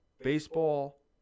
baseball